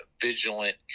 vigilant